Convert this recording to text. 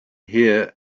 here